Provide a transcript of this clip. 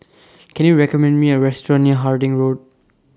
Can YOU recommend Me A Restaurant near Harding Road